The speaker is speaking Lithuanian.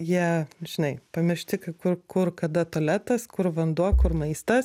jie žinai pamiršti kai kur kur kada tualetas kur vanduo kur maistas